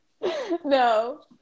no